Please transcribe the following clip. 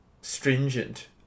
stringent